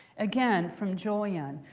again from julian,